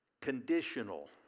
conditional